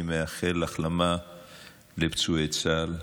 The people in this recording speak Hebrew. אני מאחל החלמה לפצועי צה"ל,